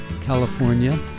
California